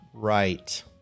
right